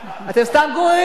אתם סתם גוררים אותי,